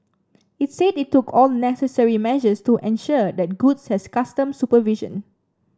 it said it took all necessary measures to ensure that goods had customs supervision